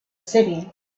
city